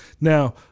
Now